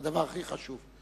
זה הדבר הכי חשוב.